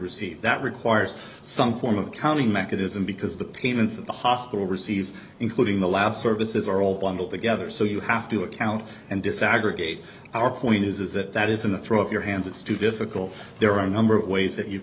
receive that requires some form of accounting mechanism because the payments of the hospital receives including the lab services are all bundled together so you have to account and disaggregate our point is that that isn't a throw up your hands it's too difficult there are a number of ways that you